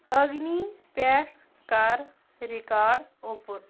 اَگنی پٮ۪ٹھ کر record open